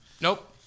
Nope